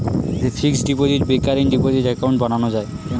fixed deposit, recurring deposit account বানানো যায়